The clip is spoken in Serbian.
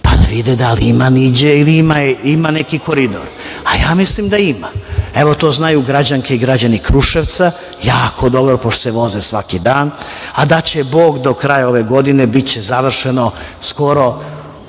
pa da vide ima „niđe2 ili ima neki koridor. Ja mislim da ima. Evo to znaju građani i građanke Kruševca, jako dobro, pošto se voze svaki dan, a daće Bog do kraja ove godine, biće završeno skoro